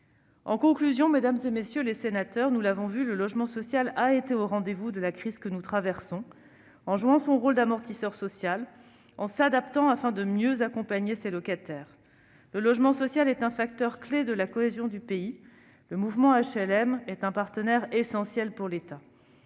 En conclusion, mesdames, messieurs les sénateurs, je dirai que le logement social a été au rendez-vous de la crise que nous traversons, qu'il a joué son rôle d'amortisseur social et qu'il s'est adapté afin de mieux accompagner ses locataires. Le logement social est un facteur clé de la cohésion du pays ; le mouvement HLM est un partenaire essentiel pour l'État.